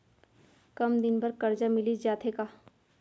कम दिन बर करजा मिलिस जाथे का?